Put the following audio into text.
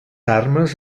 armes